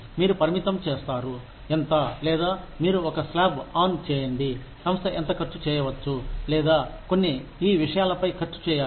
మీరు పరిమితం చేస్తారు ఎంత లేదా మీరు ఒక స్లాబ్ ఆన్ చేయండి సంస్థ ఎంత ఖర్చు చేయవచ్చు లేదా కొన్ని ఈ విషయాలపై ఖర్చు చేయాలి